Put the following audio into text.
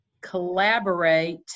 Collaborate